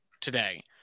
today